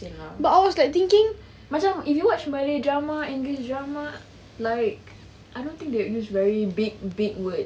but I was like thinking macam if you watch malay drama english drama like I don't think they use very big big words